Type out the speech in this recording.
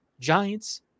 Giants